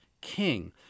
king